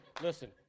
listen